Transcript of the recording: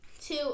two